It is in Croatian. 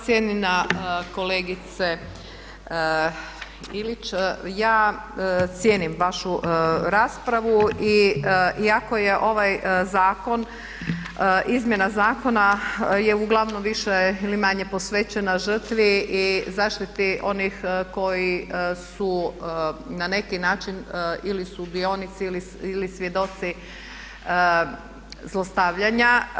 Cijenjena kolegice Ilić, ja cijenim vašu raspravu iako je ovaj zakon, izmjena zakona je uglavnom više ili manje posvećena žrtvi i zaštiti onih koji su na neki način ili sudionici ili svjedoci zlostavljanja.